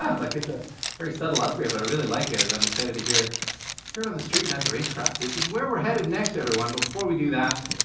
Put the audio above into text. that. like it's a very subtle upgrade, but i really like it and i'm excited to hear hear it on the street and at the race track, which is where we're headed next, everyone. but before we do that,